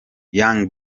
young